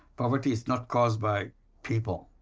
poverty is not caused by people,